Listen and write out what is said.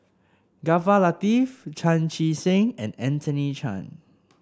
Jaafar Latiff Chan Chee Seng and Anthony Chen